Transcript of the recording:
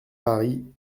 paris